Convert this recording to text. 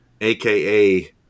AKA